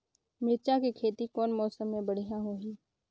मिरचा के खेती कौन मौसम मे बढ़िया होही?